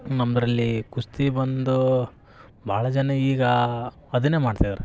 ನಮ್ದ್ರಲ್ಲಿ ಕುಸ್ತಿ ಬಂದು ಭಾಳ ಜನ ಈಗ ಅದನ್ನೇ ಮಾಡ್ತಿದ್ದಾರೆ